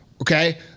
Okay